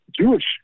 Jewish